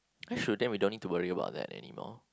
that's true then we don't need to worry about that anymore